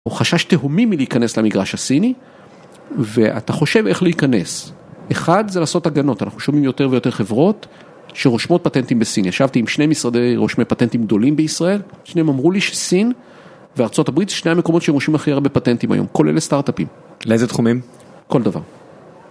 הוא חשש תהומי מלהיכנס למגרש הסיני ואתה חושב איך להיכנס. אחד זה לעשות הגנות, אנחנו שומעים יותר ויותר חברות שרושמות פטנטים בסין. ישבתי עם שני משרדי רושמי פטנטים גדולים בישראל, שניהם אמרו לי שסין וארה״ב שני המקומות שרושמים הכי הרבה פטנטים היום, כולל לסטארט-אפים. לאיזה תחומים? כל דבר.